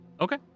Okay